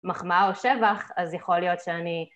מחמאה או שבח, אז יכול להיות שאני...